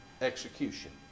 execution